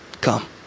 Come